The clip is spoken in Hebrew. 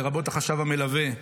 לרבות החשב המלווה,